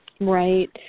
Right